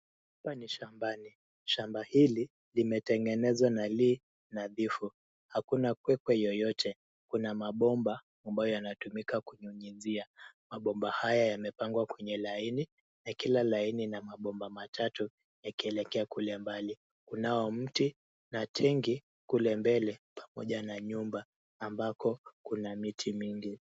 Hapa ni shambani. Shamba hili limetengenezwa na lii nadhifu. Hakuna kwepo yoyote. Kuna mabomba ambayo yanatumika kunyunyizia. Mabomba haya yamepangwa kwenye laini na kila laini na mabomba matatu yakielekea kule mbali. Kunao mti na tenge kule mbelepamoja na nyumba ambapo kuna miti mingi.